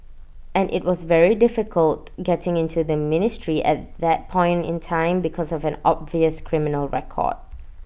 and IT was very difficult getting into the ministry at that point in time because of an obvious criminal record